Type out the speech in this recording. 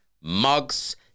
mugs